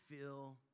feel